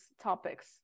topics